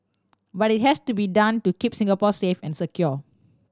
but it has to be done to keep Singapore safe and secure